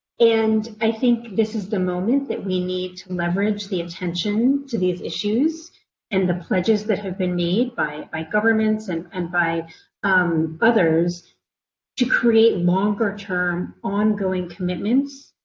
and i think this is the moment that we need to leverage the intention to these issues and the pledges that have been made by by governments and and by um others to create longer term ongoing commitments,